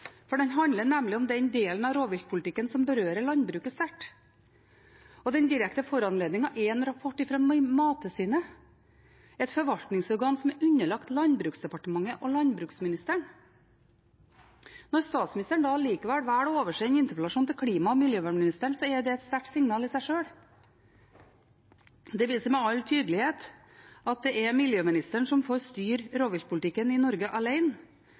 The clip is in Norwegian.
rettet den til landbruksministeren, for den handler nemlig om den delen av rovviltpolitikken som berører landbruket sterkt. Den direkte foranledningen er en rapport fra Mattilsynet, et forvaltningsorgan som er underlagt Landbruksdepartementet og landbruksministeren. Når statsministeren likevel velger å oversende interpellasjonen til klima- og miljøministeren, er det et sterkt signal i seg selv. Det viser med all tydelighet at det er miljøministeren som får styre rovviltpolitikken i Norge